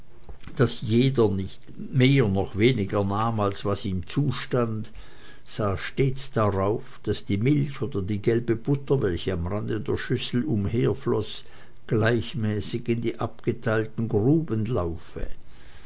daß jeder nicht mehr noch weniger nahm als was ihm zukomme sah stets darauf daß die milch oder die gelbe butter welche am rande der schüssel umherfloß gleichmäßig in die abgeteilten gruben laufe